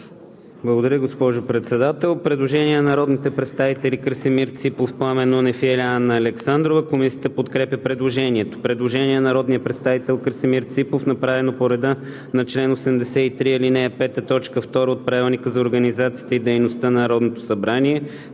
ДОКЛАДЧИК КРАСИМИР ЦИПОВ: Предложение на народните представители Красимир Ципов, Пламен Нунев и Анна Александрова. Комисията подкрепя предложението. Предложение от народния представител Красимир Ципов, направено по реда на чл. 83, ал. 5, т. 2 от Правилника за организацията и дейността на Народното събрание.